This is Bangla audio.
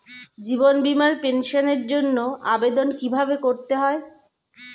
জীবন বীমার পেমেন্টের জন্য আবেদন কিভাবে করতে হয়?